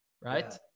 right